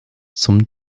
zum